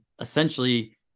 essentially